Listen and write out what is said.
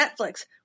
Netflix